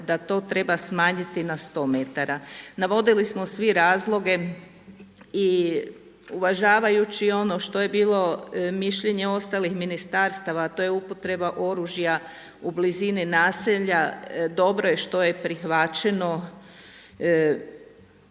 da to treba smanjiti na 100 metara. Navodili smo svi razloge i uvažavajući i ono što je bilo mišljenje ostalih ministarstava a to je upotreba oružja u blizini naselja. Dobro je što je prihvaćeno